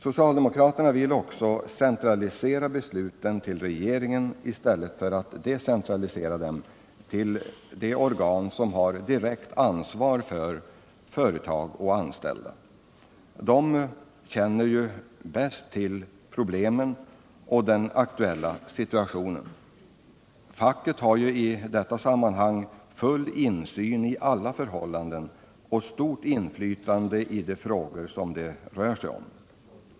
Socialdemokraterna vill också centralisera besluten till regeringen i stäl let för att decentralisera dem till de organ som har direkt ansvar för företag och anställda — de organen känner ju bäst till problemen och den aktuella situationen. Facket har i detta sammanhang full insyn i alla förhållanden och stort inflytande i de frågor det rör sig om.